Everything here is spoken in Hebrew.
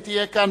אם תהיה כאן,